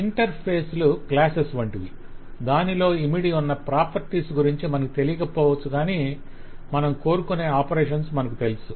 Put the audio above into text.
ఇంటర్ఫేస్లు classes వంటివి దానిలో ఇమిడియున్న ఉన్న ప్రాపర్టీస్ గురించి మనకు తెలియకపోవచ్చు కాని మనం కోరుకొనే ఆపరేషన్స్ మనకు తెలుసు